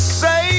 say